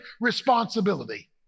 responsibility